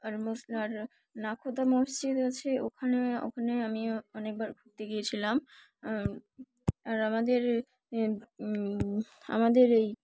আর মুস আর নখোদা মসজিদ আছে ওখানে ওখানে আমি অনেকবার ঘুরতে গিয়েছিলাম আর আমাদের আমাদের এই